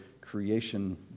creation